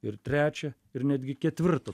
ir trečią ir netgi ketvirtą